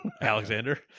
Alexander